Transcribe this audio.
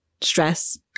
stress